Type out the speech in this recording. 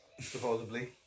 supposedly